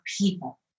people